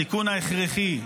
התיקון ההכרחי,